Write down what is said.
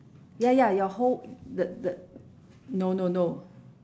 ya ya your whole the the no no no